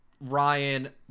Ryan